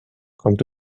kommt